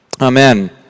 Amen